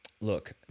Look